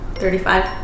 thirty-five